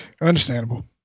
Understandable